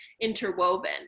interwoven